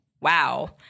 Wow